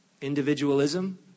Individualism